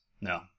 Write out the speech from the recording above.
No